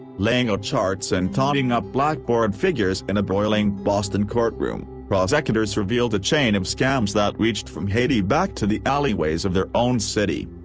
laying out ah charts and totting up blackboard figures in a broiling boston courtroom, prosecutors revealed a chain of scams that reached from haiti back to the alleyways of their own city.